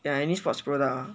ya any sports product ah